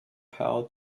pal